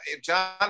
John